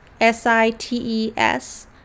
s-i-t-e-s